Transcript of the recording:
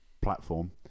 platform